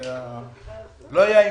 לדבר.